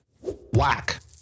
Whack